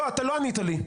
לא, אתה לא ענית לי.